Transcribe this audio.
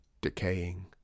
decaying